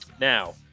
Now